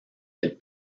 del